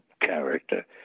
character